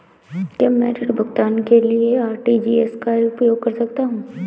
क्या मैं ऋण भुगतान के लिए आर.टी.जी.एस का उपयोग कर सकता हूँ?